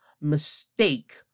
mistake